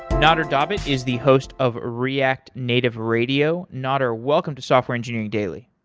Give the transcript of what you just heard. nader dabit is the host of react native radio. nader, welcome to software engineering daily.